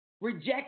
reject